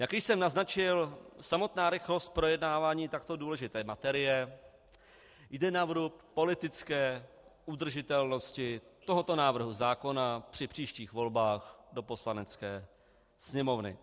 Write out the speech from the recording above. Jak již jsem naznačil, samotná rychlost projednávání takto důležité materie jde na vrub politické udržitelnosti tohoto návrhu zákona při příštích volbách do Poslanecké sněmovny.